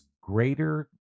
greater